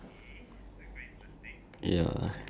ya actually depends on the person